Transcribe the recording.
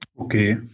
Okay